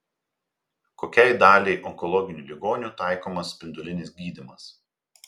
kokiai daliai onkologinių ligonių taikomas spindulinis gydymas